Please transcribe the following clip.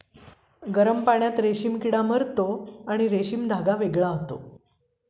गरम पाण्यात रेशीम किडा मरतो आणि रेशीम धागा वेगळा होतो